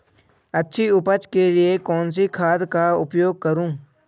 अच्छी उपज के लिए कौनसी खाद का उपयोग करूं?